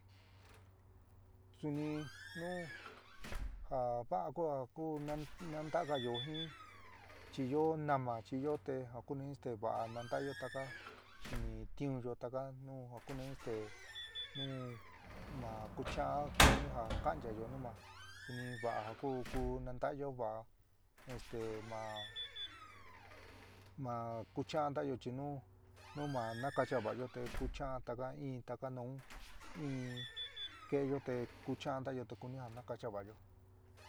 Suni nu ja vaá kuja a ku nan nantaágayo jin chiyó nama, chiyó te ja kuni este va'a nantayo taka xini tiunyo taka nu ja kuni este in ma kucha'an kuni ja ka'anchayo nu ma suni vaa ja kuu kuú nantayo vaá este ma ma kucha'an ntayo chi nu nu ma ntakacha va'ayó kucha'an taka in taka nun inn ke'eyo te kucha'an ntayo te kuni ja ntakacha va'ayo.